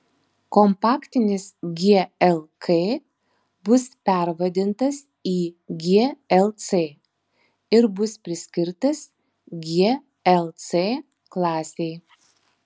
kompaktinis glk bus pervadintas į glc ir bus priskirtas gl c klasei